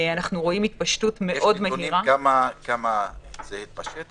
אנחנו רואים התפשטות מאוד מהירה --- יש נתונים על כמה זה התפשט?